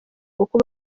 kuko